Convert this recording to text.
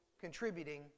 contributing